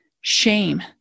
shame